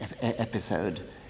episode